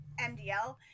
MDL